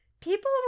People